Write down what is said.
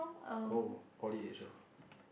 oh poly age ah